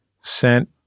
Sent